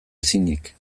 ezinik